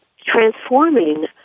transforming